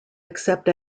accept